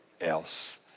else